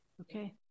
Okay